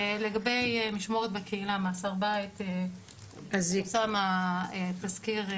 לגבי משמורת בקהילה, מעצר בית, יפורסם התסקיר.